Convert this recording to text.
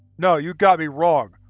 no, you got me wrong.